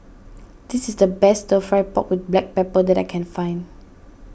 this is the best Stir Fry Pork with Black Pepper that I can find